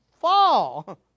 fall